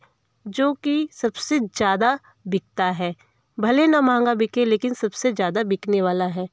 जो कि सबसे ज़्यादा बिकता है भले ना महँगा बिके लेकिन सबसे ज़्यादा बिकने वाला है